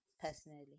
personally